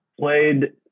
played